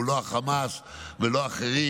לא החמאס ולא אחרים,